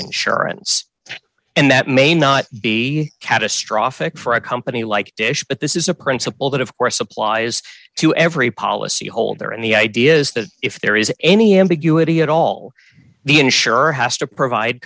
insurance and that may not be catastrophic for a company like dish but this is a principle that of course applies to every policy holder and the idea is that if there is any ambiguity at all the insurer has to provide